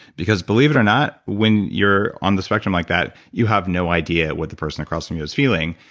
because believe it or not, when you're on the spectrum like that you have no idea what the person across from you is feeling,